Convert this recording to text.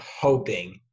hoping